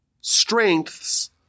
strengths